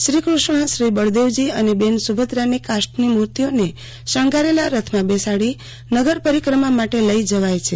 શ્રીકૃષ્ણ શ્રી બળદેવજી અને બેન શુભદ્વાની ક્રાષ્ઠની મુર્તિઓને શજ્જગારેલા કરથમાં બેસાડી નગર પરિક્રમા માટે લઈ જવાય છે